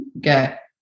get